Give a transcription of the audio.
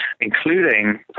including